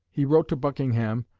he wrote to buckingham,